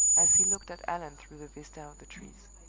as he looked at allan through the vista of the trees.